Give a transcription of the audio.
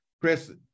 Chris